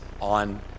on